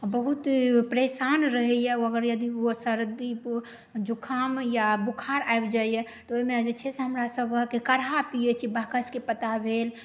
आ बहुत परेशान रहैए ओ अगर यदि ओ सर्दी जुखाम या बुखार आबि जाइए तऽ ओहिमे जे छै से हमरा सभहक काढ़ा पियै छी बाकसके पत्ता भेल